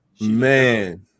man